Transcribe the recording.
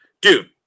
dude